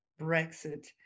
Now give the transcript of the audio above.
brexit